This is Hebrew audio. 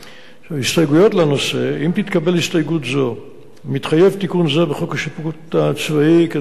אם תתקבל הסתייגות זו מתחייב תיקון זה בחוק השיפוט הצבאי כדלקמן: